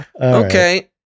Okay